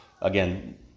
Again